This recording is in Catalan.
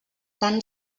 tan